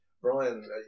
Brian